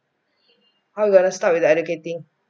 let start with the educating